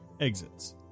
exits